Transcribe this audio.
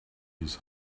his